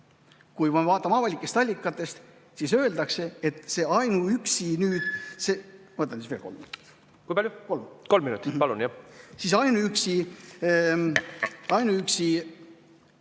Kui me vaatame avalikest allikatest, siis öeldakse, et see ainuüksi nüüd